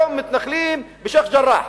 היום מתנחלים בשיח'-ג'ראח.